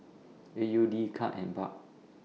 A U D Kyat and Baht